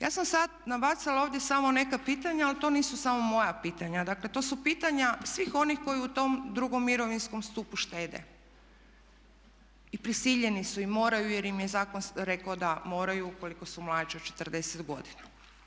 Ja sam sada nabacala ovdje samo neka pitanja ali to nisu samo moja pitanja, dakle to su pitanja svih onih koji u tom drugom mirovinskom stupu štede i prisiljeni su i moraju jer im je zakon rekao da moraju ukoliko su mlađi od 40 godina.